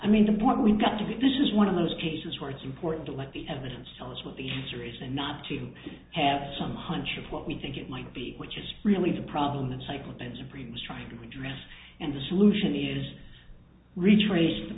i mean the point we've got to get this is one of those cases where it's important to let the evidence tell us what the cerise and not to have some hunch of what we think it might be which is really the problem the cycle that supreme is trying to address and the solution is retraced the